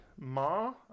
Ma